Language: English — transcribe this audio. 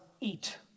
eat